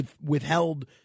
withheld –